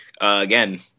again